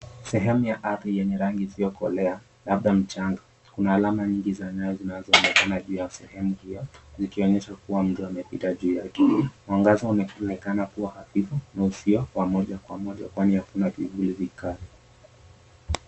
Sehemu ya ardhi yenye rangi isiyokolea labda mchanga kuna alama mingi za nyayo zinazoonekana juu ya sehemu ikionyesha kuwa mtu amepita juu yake. Mwangaza unachoonekana kuwa hafifu na usio wa moja kwa moja kwani hakuna vivuli vikali.